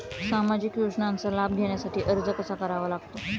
सामाजिक योजनांचा लाभ घेण्यासाठी अर्ज कसा करावा लागतो?